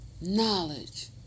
knowledge